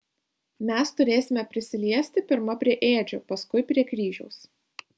mes turėsime prisiliesti pirma prie ėdžių paskui prie kryžiaus